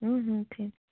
থিক